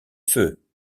feux